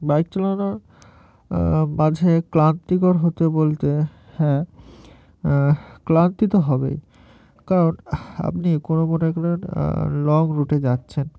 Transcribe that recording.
bike চালানো মাঝে ক্লান্তিকর হতে বলতে হ্যাঁ ক্লান্তি তো হবেই কারণ আপনি কোনো মনে করুন লং রুটে যাচ্ছেন